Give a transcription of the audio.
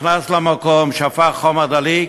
נכנס למקום, שפך חומר דליק,